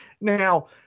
Now